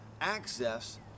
access